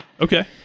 Okay